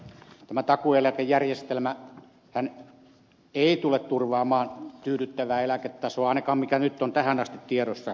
tämä takuueläkejärjestelmähän ei tule turvaamaan tyydyttävää eläketasoa ainakaan mikä nyt on tähän asti tiedossa